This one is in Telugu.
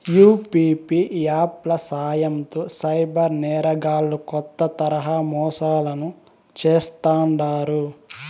యూ.పీ.పీ యాప్ ల సాయంతో సైబర్ నేరగాల్లు కొత్త తరహా మోసాలను చేస్తాండారు